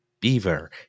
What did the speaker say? Beaver